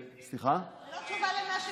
זה לא תשובה למה שביקשתי.